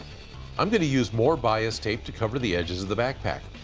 i'm gonna use more bias tape to cover the edges of the backpack.